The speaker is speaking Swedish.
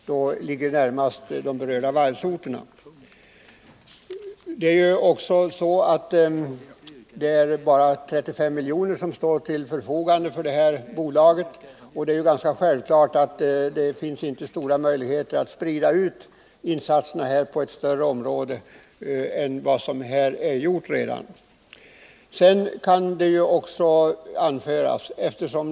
Det är bara 35 milj.kr. som står till förfogande för detta bolag, och det är självklart att det inte finns stora möjligheter att sprida insatserna på ett större område än vad som redan gjorts.